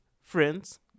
friends